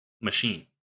machine